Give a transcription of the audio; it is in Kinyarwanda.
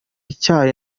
icyayi